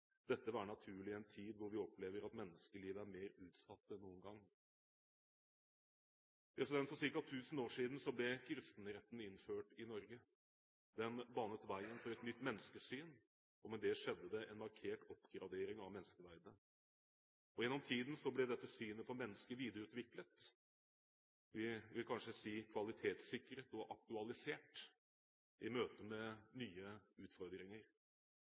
dette være naturlig i en tid der vi opplever at menneskelivet er mer utsatt enn noen gang. For ca. tusen år siden ble kristenretten innført i Norge. Den banet veien for et nytt menneskesyn, og med det skjedde det en markert oppgradering av menneskeverdet. Gjennom tiden ble dette synet på mennesket videreutviklet – vi vil kanskje si kvalitetssikret og aktualisert – i møte med nye utfordringer.